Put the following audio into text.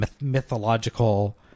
mythological